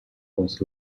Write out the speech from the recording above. was